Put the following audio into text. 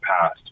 past